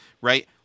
Right